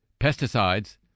pesticides